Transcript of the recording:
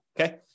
Okay